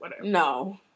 no